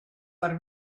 per